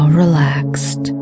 relaxed